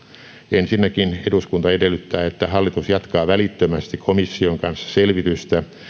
ensinnäkin eduskunta edellyttää että hallitus jatkaa välittömästi komission kanssa selvitystä